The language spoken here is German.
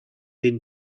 den